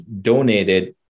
donated